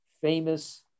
famous